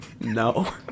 No